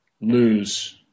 lose